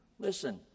Listen